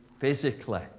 physically